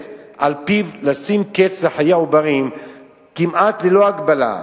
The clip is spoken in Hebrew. על-פיו לשים קץ לחיי העוברים כמעט ללא הגבלה,